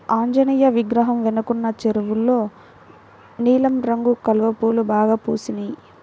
ఆంజనేయ విగ్రహం వెనకున్న చెరువులో నీలం రంగు కలువ పూలు బాగా పూసినియ్